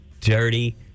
dirty